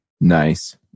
nice